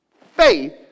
faith